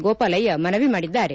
ಗೋಪಾಲಯ್ಯ ಮನವಿ ಮಾಡಿದ್ದಾರೆ